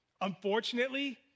unfortunately